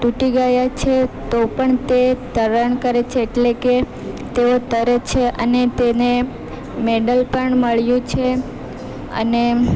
તૂટી ગયા છે તો પણ તે તરણ કરે છે એટલે કે તે તરે છે અને તેને મેડલ પણ મળ્યું છે અને